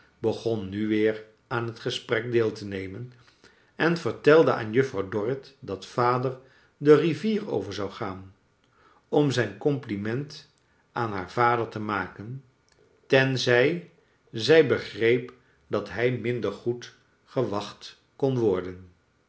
begon nu weer aan het gesprek deel te nemen en vertelde aan juffrouw dorrit dat vader de rivier over zou gaan om zijn compliment aan haar vader te maken tenzij zij begreep dat hij minder goed gewacht kon worden